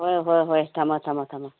ꯍꯣꯏ ꯍꯣꯏ ꯍꯣꯏ ꯊꯝꯃꯣ ꯊꯝꯃꯣ ꯊꯝꯃꯣ